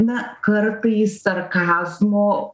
na kartais sarkazmo